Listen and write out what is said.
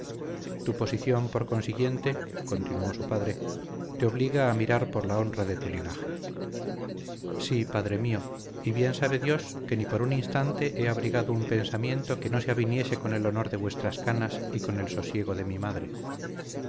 tu posición por consiguiente continuó su padre te obliga a mirar por la honra de tu linaje sí padre mío y bien sabe dios que ni por un instante he abrigado un pensamiento que no se aviniese con el honor de vuestras canas y con el sosiego de mi madre